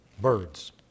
birds